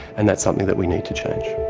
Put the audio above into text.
and that's something that we need to change.